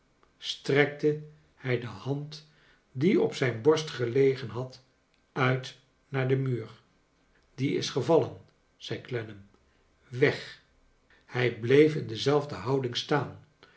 strekte hij de hand die op zijn borst gelegen had uit naar den muur die is gevallen zei clennam weg hij bleef in dezelfde houding staan